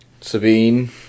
Sabine